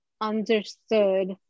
understood